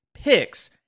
picks